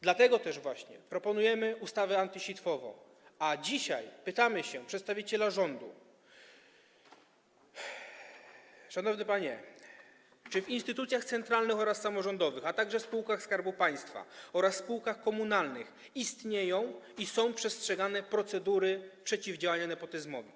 Dlatego też właśnie proponujemy ustawę antysitwową, a dzisiaj pytamy przedstawiciela rządu: Szanowny panie, czy w instytucjach centralnych oraz samorządowych, a także w spółkach Skarbu Państwa oraz spółkach komunalnych istnieją i są przestrzegane procedury przeciwdziałania nepotyzmowi?